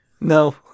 No